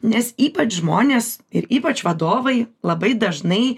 nes ypač žmonės ir ypač vadovai labai dažnai